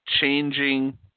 changing